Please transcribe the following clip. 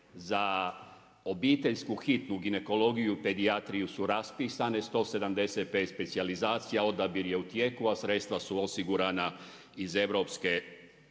za obiteljsku hitnu ginekologiju, pedijatriju su raspisane 175 specijalizacija, odabir je u tijeku, a sredstva su osigurana iz EU, gdje